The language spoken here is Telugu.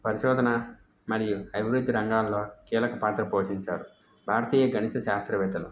పరిశోధన మరియు అభివృద్ధి రంగాల్లో కీలక పాత్ర పోషించారు భారతీయ గణిత శాస్త్రవేత్తలు